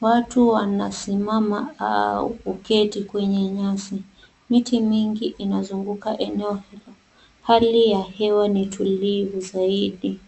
watu wanasimama au kuketi kwenye nyasi. Miti mingi inazunguka eneo hilo, hali ya hewa ni tulivu zaidi.